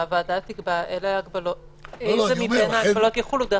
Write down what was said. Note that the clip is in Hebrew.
שהוועדה תקבע אילו מבין ההגבלות יחולו.